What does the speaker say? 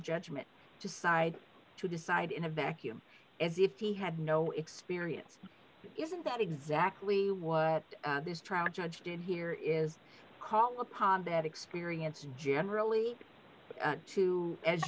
judgment to decide to decide in a vacuum as if he had no experience isn't that exactly what this trial judge here is called upon that experience generally to as